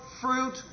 fruit